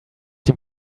dem